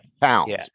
pounds